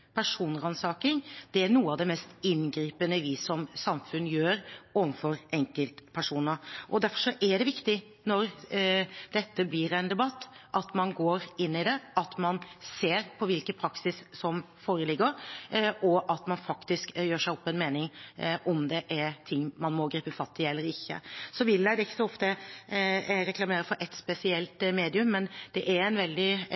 mest inngripende vi som samfunn gjør overfor enkeltpersoner, og derfor er det viktig når dette blir en debatt, at man går inn i det, at man ser på hvilken praksis som foreligger, og at man faktisk gjør seg opp en mening om det er ting man må gripe fatt i, eller ikke. Jeg vil ikke reklamere for ett spesielt medium, men det er et